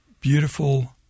beautiful